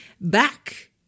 back